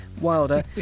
Wilder